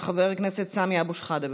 של חבר הכנסת סמי אבו שחאדה.